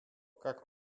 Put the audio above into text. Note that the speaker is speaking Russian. как